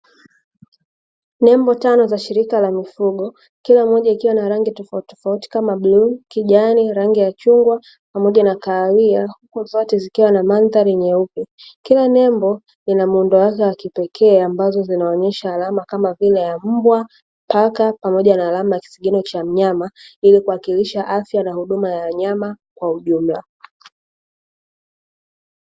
Nembo tano za shirika la mifugo kila mmoja ikiwa na rangi tofautitofauti kama bluu, kijani, rangi ya chungwa pamoja na kahawia; kwa zote zikiwa na mandhari nyeupe kila nembo ina muundo wake wa kipekee, ambazo zinaonyesha alama kama vile ya mbwa, paka pamoja na alama ya kisigino cha mnyama ili kuwakilisha afya na huduma ya nyama kwa ujumla.